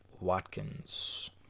Watkins